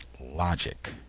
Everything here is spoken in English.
logic